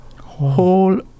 Whole